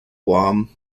guam